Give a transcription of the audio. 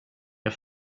jag